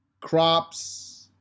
crops